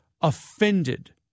offended